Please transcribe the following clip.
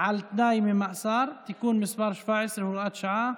על תנאי ממאסר (תיקון מס' 17, הוראת שעה)